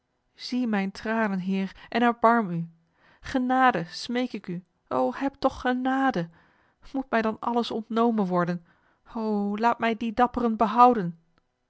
zie mijne tranen heer en erbarm u genade smeek ik u o heb toch genade moet mij dan alles ontnomen worden o laat mij die dapperen behouden